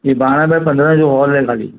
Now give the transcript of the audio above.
इहा ॿारहं बाए पंद्रहं जो हॉल आहे खाली